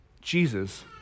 Jesus